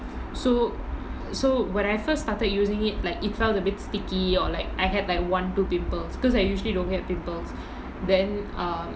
so so when I first started using it like it felt a bit sticky or like I had like one two pimple because I usually don't get pimples then err